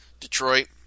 Detroit